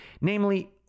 Namely